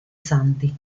santi